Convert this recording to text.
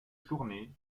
journée